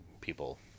people